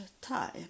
time